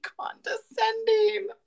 condescending